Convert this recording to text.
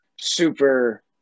super